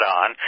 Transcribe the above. on